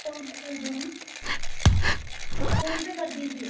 PhonePe कर दो न फोनपे कर दीजिए